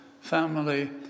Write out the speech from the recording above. family